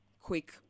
quick